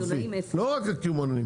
לא רק הקמעונאים.